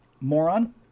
moron